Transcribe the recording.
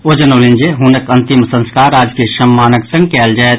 ओ जनौलनि जे हुनक अंतिम संस्कार राजकीय सम्मानक संग कयल जायत